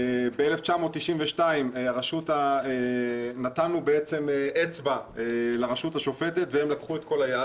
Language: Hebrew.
ב-1992 נתנו אצבע לרשות השופטת והם לקחו את כל היד,